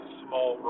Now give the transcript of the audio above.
small